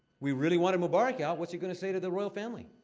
we really wanted mubarak out. what's it gonna say to the royal family?